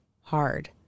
hard